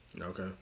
Okay